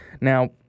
now